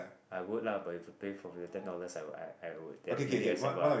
I would lah but you've pay for your ten dollars I I I would then really accept ah